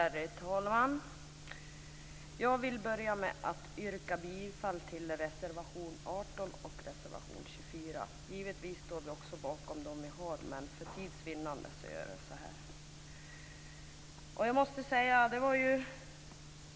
Herr talman! Jag börjar med att yrka bifall till reservationerna 18 och 24. Givetvis står vi bakom övriga av våra reservationer men för tids vinnande gör jag så här.